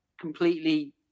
completely